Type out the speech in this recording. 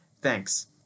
Thanks